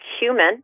human